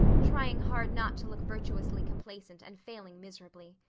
trying hard not to look virtuously complacent and failing miserably.